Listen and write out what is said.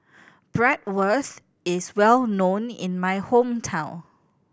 bratwurst is well known in my hometown